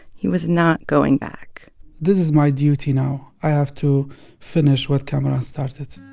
he was not going back this is my duty now. i have to finish what kamaran started